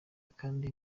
kandi